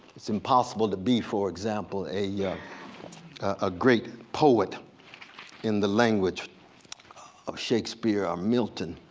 it's impossible to be, for example, a yeah ah great poet in the language of shakespeare or milton